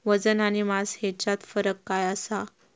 वजन आणि मास हेच्यात फरक काय आसा?